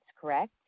correct